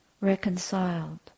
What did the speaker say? reconciled